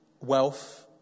wealth